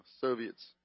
Soviets